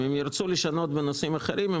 אם הם ירצו לשנות בנושאים אחרים,